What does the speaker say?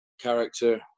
character